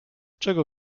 czego